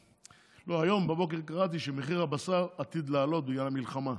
היום בבוקר קראתי שמחיר הבשר עתיד לעלות בגלל המלחמה.